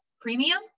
premium